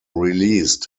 released